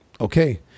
okay